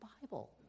Bible